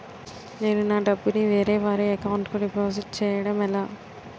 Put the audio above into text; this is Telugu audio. నేను నా డబ్బు ని వేరే వారి అకౌంట్ కు డిపాజిట్చే యడం ఎలా?